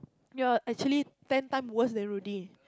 ya actually time time worse than Rudy